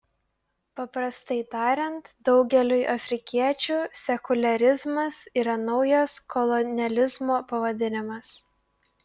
paprastai tariant daugeliui afrikiečių sekuliarizmas yra naujas kolonializmo pavadinimas